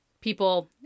people